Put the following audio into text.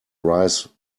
rise